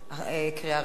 קריאה ראשונה.